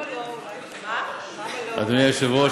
אדוני היושב-ראש,